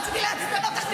רציתי לעצבן אותך,